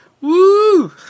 Woo